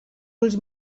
ulls